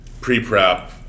pre-prep